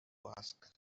ask